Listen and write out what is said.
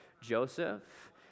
Joseph